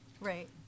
Right